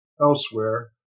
elsewhere